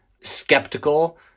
skeptical